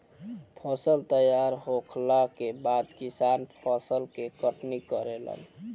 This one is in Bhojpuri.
फसल तैयार होखला के बाद किसान फसल के कटनी करेलन